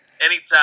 Anytime